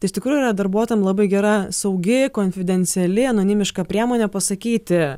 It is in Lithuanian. tai iš tikrųjų yra darbuotojam labai gera saugi konfidenciali anonimiška priemonė pasakyti